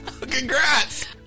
congrats